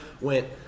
went